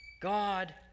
God